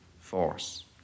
force